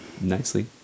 nicely